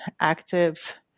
active